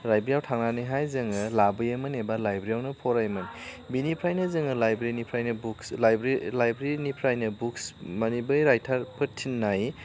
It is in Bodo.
लाइब्रियाव थांनानैहाय जोङो लाबोयोमोन एबा लाइब्रियावनो फरायोमोन बिनिफ्रायनो जोङो लाइब्रिनिफ्रायनो बुकस लाइब्रि लाइब्रिनिफ्रायनो बुकस माने बै रायथारफोर थिननाय